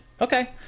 Okay